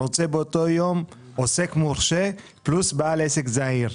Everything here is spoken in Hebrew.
רוצה באותו יום עוסק מורשה פלוס בעל עסק זעיר,